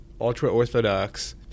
ultra-Orthodox